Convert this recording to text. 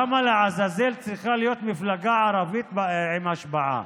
למה לעזאזל צריכה להיות מפלגה ערבית עם השפעה?